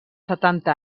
setanta